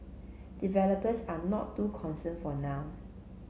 developers are not too concerned for now